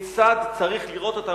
כיצד צריך לראות אותם,